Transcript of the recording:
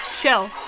chill